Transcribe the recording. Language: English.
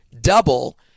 double